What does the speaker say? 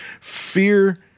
fear